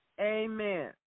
Amen